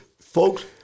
Folks